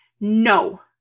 no